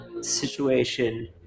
situation